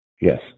Yes